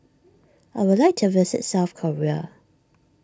I would like to visit South Korea